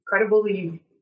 incredibly